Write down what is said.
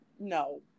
No